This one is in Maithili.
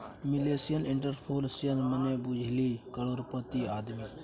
मिलेनियल एंटरप्रेन्योरशिप मने बुझली करोड़पति आदमी